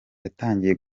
yatangiye